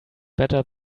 better